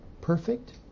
perfect